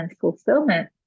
fulfillment